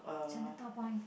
Chinatown-Point